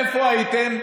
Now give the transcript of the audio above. איפה הייתם?